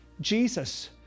Jesus